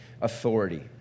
authority